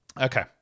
Okay